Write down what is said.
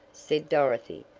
said dorothy,